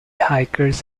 hikers